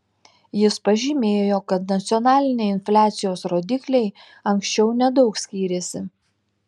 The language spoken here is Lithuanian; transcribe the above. jis pažymėjo kad nacionaliniai infliacijos rodikliai anksčiau nedaug skyrėsi